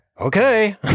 Okay